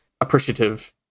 appreciative